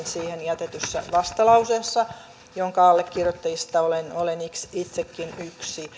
siihen jätetyssä vastalauseessa jonka allekirjoittajista olen itsekin